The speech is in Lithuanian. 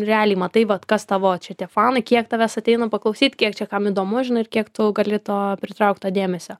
realiai matai vat kas tavo čia tie fanai kiek tavęs ateina paklausyt kiek čia kam įdomu žinai kiek tu gali to pritraukt to dėmesio